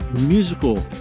musical